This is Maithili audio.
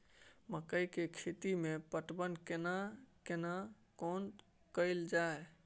मकई के खेती मे पटवन केना कोन समय कैल जाय?